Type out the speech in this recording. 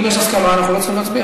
אם יש הסכמה אנחנו לא צריכים להצביע.